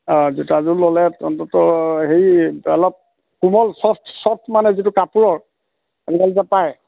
অঁ জোতাযোৰ ল'লে তন্ততঃ হেৰি অলপ কোমল চফ্ট চফ্ট মানে যিটো কাপোৰৰ এনেকুৱা জোতা পায়